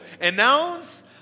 announce